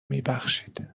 میبخشید